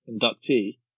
inductee